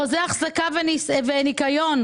חוזה אחזקה וניקיון,